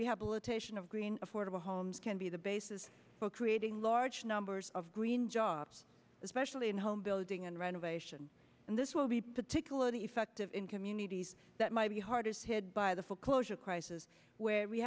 rehabilitation of green affordable homes can be the basis for creating large numbers of green jobs especially in home building and renovation and this will be particularly effective in communities that might be hardest hit by the full closure crisis where we